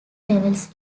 levels